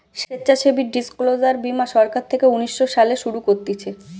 স্বেচ্ছাসেবী ডিসক্লোজার বীমা সরকার থেকে উনিশ শো সালে শুরু করতিছে